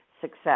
success